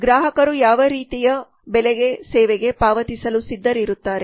ಗ್ರಾಹಕರು ಯಾವ ರೀತಿಯ ಬೆಲೆಗೆಸೇವೆಗೆಪಾವತಿಸಲು ಸಿದ್ಧರಿರುತ್ತಾರೆ